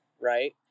right